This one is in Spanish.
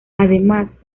además